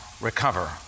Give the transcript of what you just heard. recover